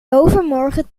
overmorgen